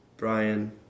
Brian